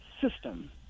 system